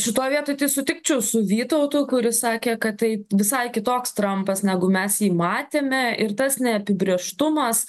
šitoj vietoj tai sutikčiau su vytautu kuris sakė kad tai visai kitoks trampas negu mes jį matėme ir tas neapibrėžtumas